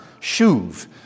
shuv